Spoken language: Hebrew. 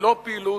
ללא פעילות,